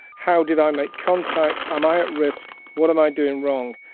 how did i make contact? am i at risk? what am i doing wrong?